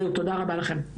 תודה רבה לכם.